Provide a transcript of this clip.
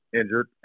injured